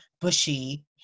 bushy